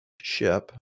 ship